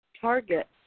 Target